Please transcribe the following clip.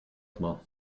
tma